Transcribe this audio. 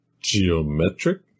geometric